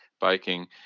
biking